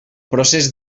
procés